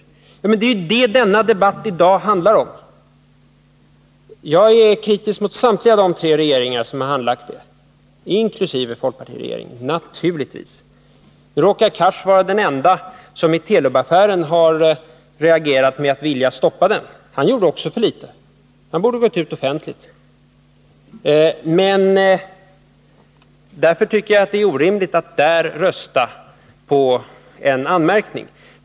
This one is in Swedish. Det är vad debatten i dag handlar om. Jag är kritisk mot samtliga de tre regeringar som handlagt ärendet, inkl. folkpartiregeringen — naturligtvis. Nu råkar Hadar Cars vara den ende som har reagerat med att vilja stoppa Telub-affären — låt vara att han också gjorde för litet; han borde ha gått ut offentligt. Därför tycker jag att det är orimligt att rösta för en anmärkning när det gäller honom.